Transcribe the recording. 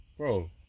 Bro